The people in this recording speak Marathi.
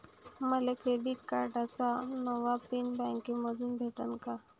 मले क्रेडिट कार्डाचा नवा पिन बँकेमंधून भेटन का?